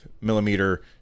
millimeter